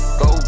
go